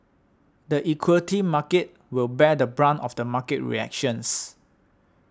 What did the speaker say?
the equity market will bear the brunt of the market reactions